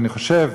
ואני חושב,